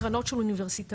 קרנות של אוניברסיטאות,